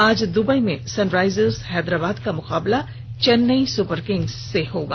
आज दुबई में सनराइजर्स हैदराबाद का मुकाबला चेन्नई सुपरकिंग्स से होगा